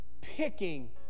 picking